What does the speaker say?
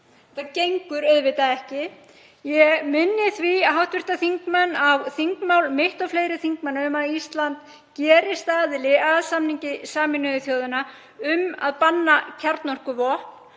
Þetta gengur auðvitað ekki. Ég minni því hv. þingmenn á þingmál mitt og fleiri þingmanna um að Ísland gerist aðili að samningi Sameinuðu þjóðanna um að banna kjarnorkuvopn.